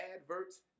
adverts